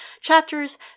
chapters